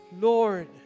Lord